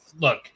look